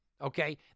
Okay